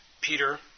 Peter